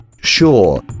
Sure